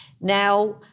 Now